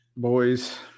Boys